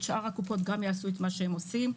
שאר הקופות גם יעשו מה שהם עושים.